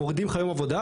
מורידים לך יום עבודה,